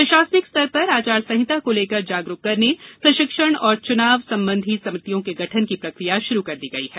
प्रशासनिक स्तर पर आचार संहिता को लेकर जागरूक करने प्रशिक्षण और चुनाव संबंधी समितियों के गठन की प्रक्रिया शुरू की गयी है